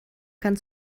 kann